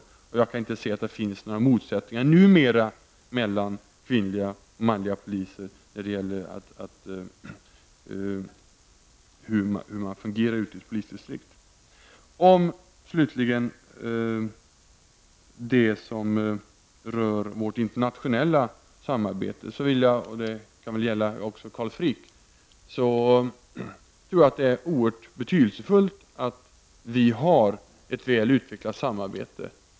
Jag kan inte se att det numera finns några motsättningar mellan manliga och kvinnliga poliser när det gäller hur man fungerar i polisdistriktet. Så till frågan som rör vårt internationella samarbete. Med detta vänder jag mig även till Carl Frick. Jag tror att det är oerhört betydelsefullt att vi har ett utvecklat samarbete.